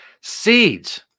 Seeds